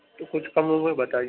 تو کچھ کم وم بتائیے